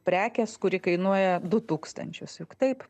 prekės kuri kainuoja du tūkstančius juk taip